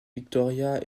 victoria